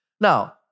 Now